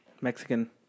Mexican